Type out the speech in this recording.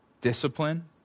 Discipline